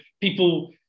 people